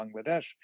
Bangladesh